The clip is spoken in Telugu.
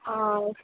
ఆ